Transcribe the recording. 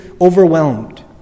overwhelmed